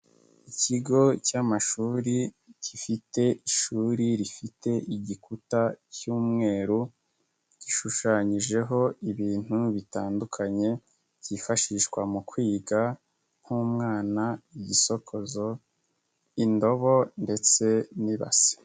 Ikigo cy'amashuri gifite ishuri rifite igikuta cy'umweru gishushanyijeho ibintu bitandukanye byifashishwa mu kwiga nk'umwana, igisokoza, indobo ndetse n'ibase.